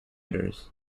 theatres